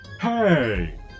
Hey